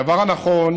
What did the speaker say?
הדבר הנכון